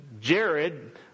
Jared